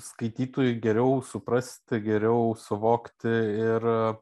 skaitytojui geriau suprasti geriau suvokti ir